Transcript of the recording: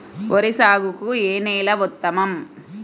వరి సాగుకు ఏ నేల ఉత్తమం?